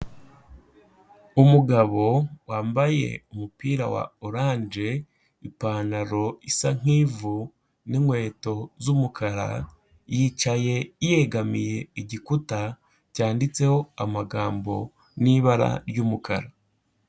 Umugabo wambaye umupira wa oranje, ipantaro isa nk'ivu, n'inkweto z'umukara, yicaye yegamiye igikuta cyanditseho amagambo n'ibara ry'umukara.